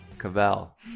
cavell